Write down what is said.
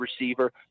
receiver